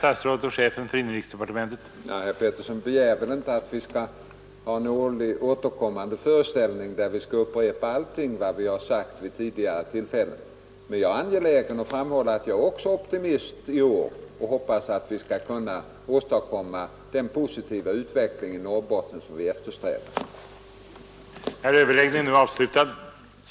Herr talman! Jag förstår att man, som inrikesministern har sagt, inte kan föra en speciell detaljdiskussion om Norrbotten. Det efterlyste jag inte heller. Men vad som är viktigt att klarlägga i den här debatten, det är hur statsrådet och regeringen ser på regionalpolitikens målsättning.